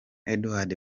edouard